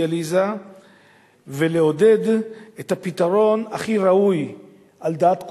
דיאליזה ולעודד את הפתרון הכי ראוי על דעת כולם,